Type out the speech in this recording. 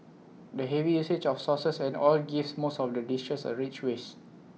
the heavy usage of sauces and oil gives most of the dishes A rich waste